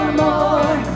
more